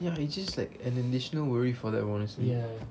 ya it's just like an additional worry for them honestly